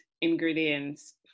ingredients